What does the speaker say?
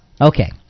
Okay